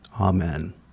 Amen